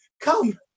come